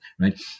right